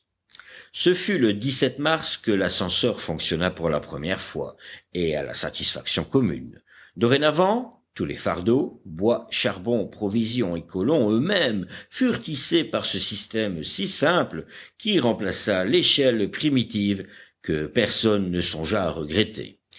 ce fut le mars que l'ascenseur fonctionna pour la première fois et à la satisfaction commune dorénavant tous les fardeaux bois charbons provisions et colons eux-mêmes furent hissés par ce système si simple qui remplaça l'échelle primitive que personne ne songea à regretter